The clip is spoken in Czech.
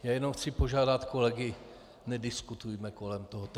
Jenom chci požádat kolegy: Nediskutujme kolem toho.